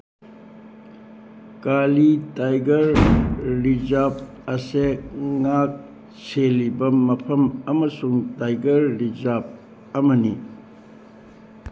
Kali tiger reserve ꯑꯁꯦ ꯉꯥꯛ ꯁꯦꯜꯂꯤꯕ ꯃꯐꯝ ꯑꯃꯁꯨꯡ ꯇꯥꯏꯒꯔ ꯔꯤꯖꯥꯞ ꯑꯃꯅꯤ